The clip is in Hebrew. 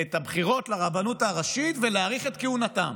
את הבחירות לרבנות הראשית ולהאריך את כהונתם.